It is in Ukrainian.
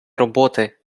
роботи